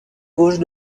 gauche